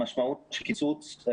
המשמעות של קיצוץ..